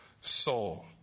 soul